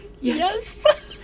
Yes